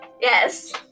yes